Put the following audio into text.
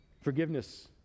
Forgiveness